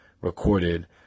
recorded